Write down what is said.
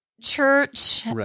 church